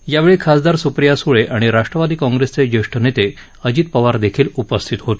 यावेळी खासदार सुप्रिया सुळे आणि राष्ट्रवादी काँग्रेसचे ज्येष्ठ नेते अजित पवार देखील उपस्थित होते